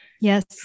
Yes